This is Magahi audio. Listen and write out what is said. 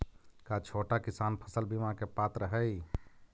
का छोटा किसान फसल बीमा के पात्र हई?